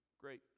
Great